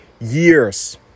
years